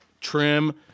trim